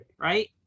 Right